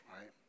right